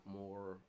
more